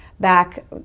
back